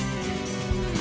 and